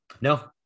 No